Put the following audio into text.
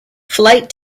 flight